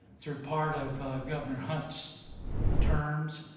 through part of governor hunt's terms,